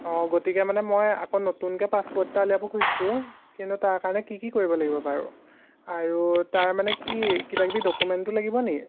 অঁ গতিকে মানে মই আকৌ নতুনকৈ পাছপোৰ্ট এটা উলিয়াব খুজিছোঁ কিন্তু তাৰকাৰণে কি কি কৰিব লাগিব বাৰু আৰু তাৰ মানে কি কিবাকিবি ডকোমেণ্টো লাগিব নি